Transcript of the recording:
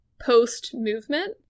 post-movement